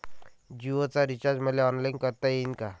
जीओच रिचार्ज मले ऑनलाईन करता येईन का?